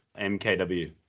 MKW